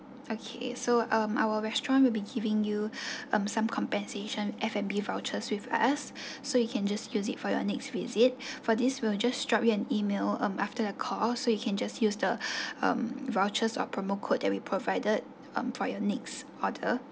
okay so um our restaurant will be giving you um some compensation F&B vouchers with us so you can just use it for your next visit for this we'll just drop you an email um after the call so you can just use the um vouchers or promo code that we provided um for your next order